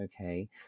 okay